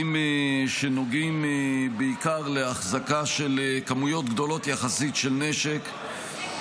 הנוגעים בעיקר לאחזקה של כמויות גדולות יחסית של נשק.